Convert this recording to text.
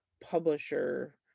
publisher